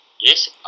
Yes